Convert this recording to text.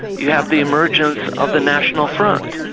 you have the emergence of the national front,